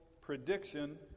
prediction